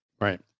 Right